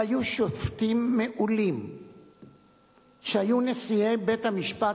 והיו שופטים מעולים שהיו נשיאי בית-המשפט